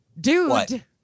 Dude